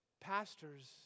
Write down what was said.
pastors